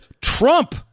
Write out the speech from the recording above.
Trump